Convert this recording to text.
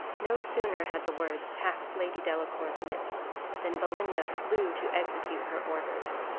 no sooner had the words passed lady delacour's lips than belinda flew to execute her orders.